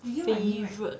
favourite